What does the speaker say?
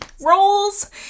Rolls